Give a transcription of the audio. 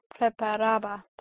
preparaba